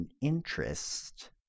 interest